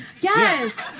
Yes